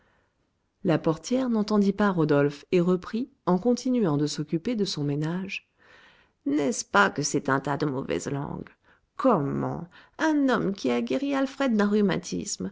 la portière n'entendit pas rodolphe et reprit en continuant de s'occuper de son ménage n'est-ce pas que c'est un tas de mauvaises langues comment un homme qui a guéri alfred